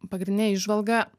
pagrindine įžvalga